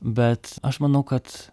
bet aš manau kad